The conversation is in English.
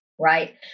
Right